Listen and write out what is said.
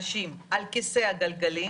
בנושא הנגשת כל האוטובוסים הבין עירוניים.